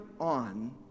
on